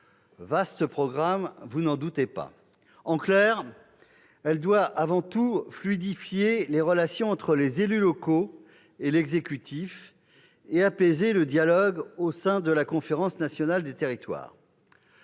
Vaste programme, vous n'en doutez pas ! En clair, elle doit avant tout fluidifier les relations entre les élus locaux et l'exécutif et apaiser le dialogue au sein de la Conférence nationale des territoires.